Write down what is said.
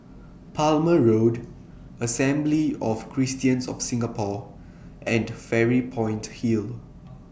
Palmer Road Assembly of Christians of Singapore and Fairy Point Hill